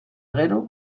gero